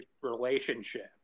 relationship